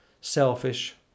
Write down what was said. selfish